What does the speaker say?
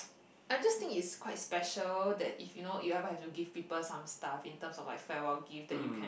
I just think it's quite special that if you know you ever have to give people some stuff in terms of like farewell gift that you can